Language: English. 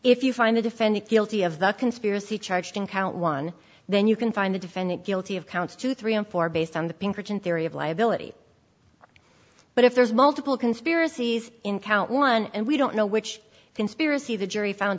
if you find the defendant guilty of the conspiracy charged in count one then you can find the defendant guilty of counts two three and four based on the pinkerton theory of liability but if there's multiple conspiracies in count one and we don't know which conspiracy the jury found